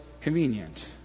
convenient